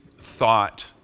thought